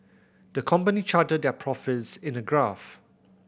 the company charted their profits in a graph